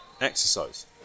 exercise